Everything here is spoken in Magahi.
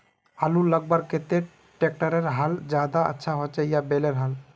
आलूर लगवार केते ट्रैक्टरेर हाल ज्यादा अच्छा होचे या बैलेर हाल?